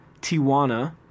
Tijuana